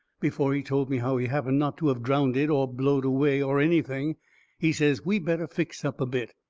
before he told me how he happened not to of drownded or blowed away or anything he says we better fix up a bit.